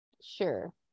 Sure